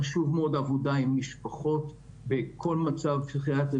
חשובה מאוד עבודה עם משפחות בכל מצב פסיכיאטרי,